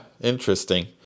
Interesting